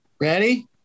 Ready